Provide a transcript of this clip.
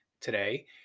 today